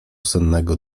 sennego